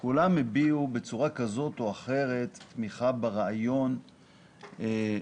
כולם הביעו בצורה כזו או אחרת תמיכה ברעיון של